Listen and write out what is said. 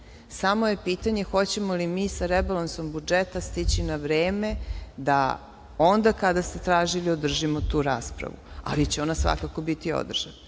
ali je pitanje hoćemo li mi sa rebalansom budžeta stići na vreme da onda kada ste tražili održimo tu raspravu, ali će ona svakako biti održana. Ja